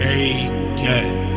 again